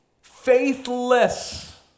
faithless